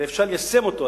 ואפשר יהיה ליישם אותו.